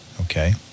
okay